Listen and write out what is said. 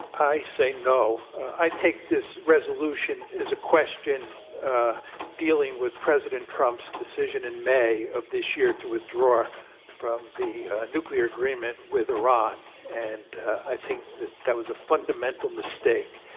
i say no. i take this resolution as a question dealing with president trump's decision in may of this year to withdraw from the nuclear agreement with iran. and i think that that was a fundamental mistake.